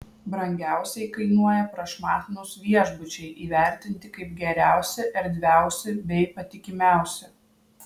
brangiausiai kainuoja prašmatnūs viešbučiai įvertinti kaip geriausi erdviausi bei patikimiausi